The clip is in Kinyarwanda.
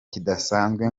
kidasanzwe